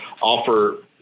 offer